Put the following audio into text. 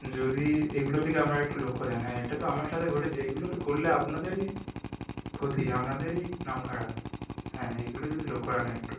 যদি এগুলোর দিকে আপনারা একটু লক্ষ্য দেন হ্যাঁ এটা তো আমার সাথে ঘটেছে এগুলো তো করলে আপনাদেরই ক্ষতি আপনাদেরই নাম খারাপ হ্যাঁ এইগুলো যদি লক্ষ্য রাখেন একটু